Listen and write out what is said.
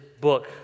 book